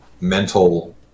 mental